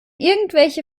irgendwelche